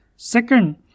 Second